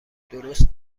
درست